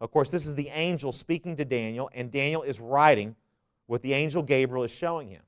of course this is the angel speaking to daniel and daniel is writing what the angel gabriel is showing him